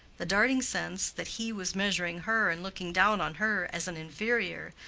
the darting sense that he was measuring her and looking down on her as an inferior,